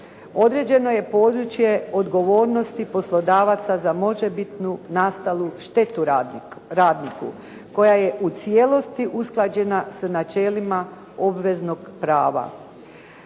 Određeno je područje odgovornosti poslodavaca za možebitnu nastalu štetu radniku koja je u cijelosti usklađena s načelima obveznog prava.